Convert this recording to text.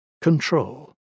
control